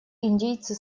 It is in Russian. индейцы